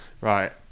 Right